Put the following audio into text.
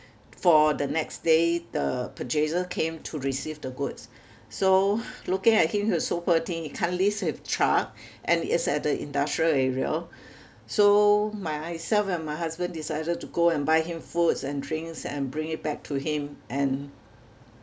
for the next day the purchaser came to receive the goods so looking at him he was so poor thing he can't leave his truck and it's at the industrial area so myself and my husband decided to go and buy him foods and drinks and bring it back to him and